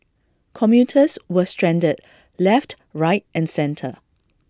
commuters were stranded left right and centre